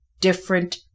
different